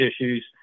issues